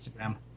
Instagram